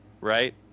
right